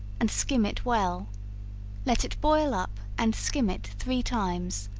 and skim it well let it boil up, and skim it three times,